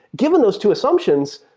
given those two assumptions,